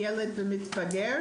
לילד ולמתבגר,